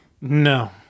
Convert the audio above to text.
No